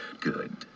good